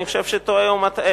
אני חושב שהוא טועה ומטעה.